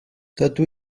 dydw